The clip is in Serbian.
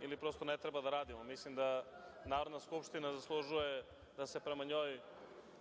ili prosto ne treba da radimo. Mislim da Narodna skupština zaslužuje da se prema njoj